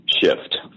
shift